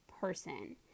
person